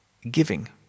giving